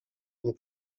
ont